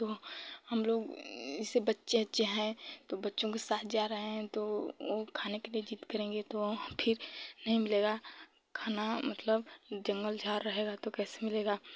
तो हमलोग जैसे बच्चे उच्चे हैं तो बच्चों के साथ जा रहे हैं तो वह खाने पीने की ज़िद करेंगे तो फिर नहीं मिलेगा खाना मतलब जंगल झाड़ रहेगा तो कैसे मिलेगा